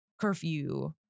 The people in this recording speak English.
curfew